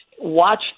Watch